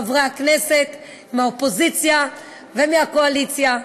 חברי הכנסת מהאופוזיציה ומהקואליציה,